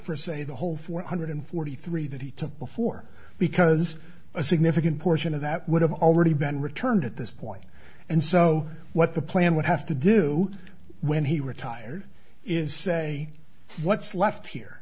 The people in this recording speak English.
for say the whole four hundred forty three that he took before because a significant portion of that would have already been returned at this point and so what the plan would have to do when he retired is say what's left here